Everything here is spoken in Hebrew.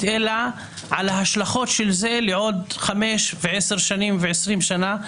אלא ההשלכות של זה לעוד חמש ועשר שנים ו-20 שנה,